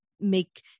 make